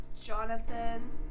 Jonathan